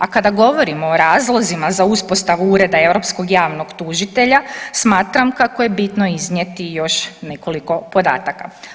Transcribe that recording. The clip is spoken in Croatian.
A kada govorimo o razlozima za uspostavu Ureda europskog javnog tužitelja, smatram kako je bitno iznijeti još nekoliko podataka.